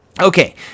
Okay